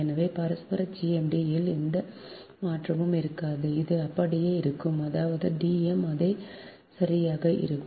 எனவே பரஸ்பர GMD இல் எந்த மாற்றமும் இருக்காது அது அப்படியே இருக்கும் அதாவது Dm அதே சரியாக இருக்கும்